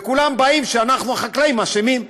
וכולם אומרים שאנחנו החקלאים אשמים,